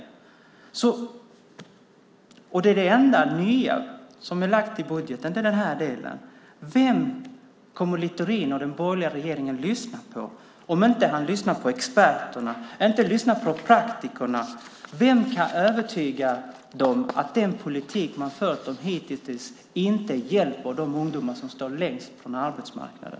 Men detta är det enda nya i budgeten. Vem kommer Littorin och den borgerliga regeringen att lyssna på om de inte lyssnar på experterna eller praktikerna? Vem kan övertyga dem om att den politik de hittills har fört inte hjälper de ungdomar som står längst från arbetsmarknaden?